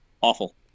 Awful